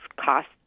cost